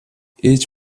ээж